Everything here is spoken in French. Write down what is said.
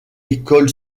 école